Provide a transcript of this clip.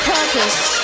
Purpose